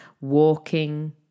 walking